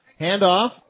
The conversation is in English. handoff